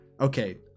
okay